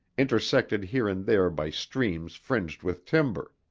intersected here and there by streams fringed with timber.